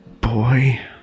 boy